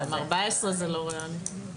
גם 14 ימים זה לא ריאלי.